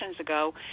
ago